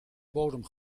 bodem